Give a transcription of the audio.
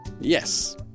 Yes